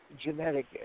genetic